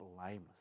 blameless